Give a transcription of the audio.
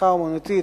מהצמיחה האמנותית,